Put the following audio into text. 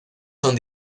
son